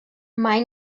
mai